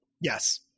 Yes